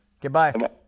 Goodbye